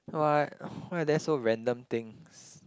what why are there so random things